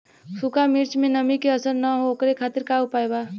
सूखा मिर्चा में नमी के असर न हो ओकरे खातीर का उपाय बा?